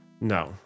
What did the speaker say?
No